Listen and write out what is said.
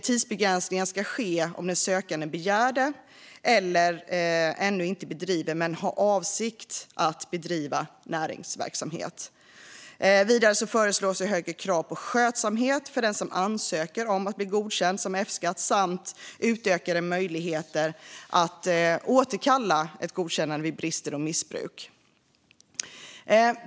Tidsbegränsning ska ske om den sökande begär det eller ännu inte bedriver men har för avsikt att bedriva näringsverksamhet. Vidare föreslås högre krav på skötsamhet för den som ansöker om att bli godkänd för F-skatt samt utökade möjligheter att återkalla ett godkännande vid brister och missbruk.